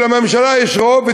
כי לממשלה יש רוב,